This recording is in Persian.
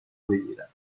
بگیرم